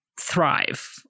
thrive